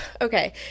Okay